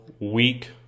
week